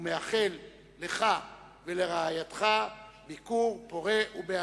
ומאחל לך ולרעייתך ביקור פורה ומהנה.